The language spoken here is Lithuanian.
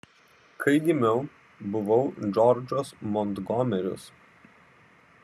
kai gimiau buvau džordžas montgomeris